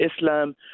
Islam